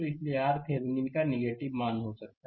तो इसलिए RThevenin का नेगेटिव मान हो सकता है